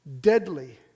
deadly